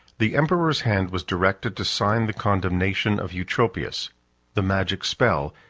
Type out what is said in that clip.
the emperor's hand was directed to sign the condemnation of eutropius the magic spell,